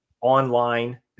online